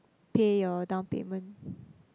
pay your down payment